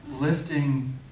lifting